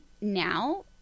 now